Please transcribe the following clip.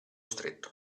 stretto